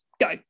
go